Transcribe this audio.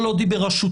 כל עוד היא בראשותי,